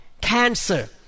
cancer